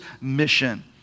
mission